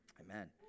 Amen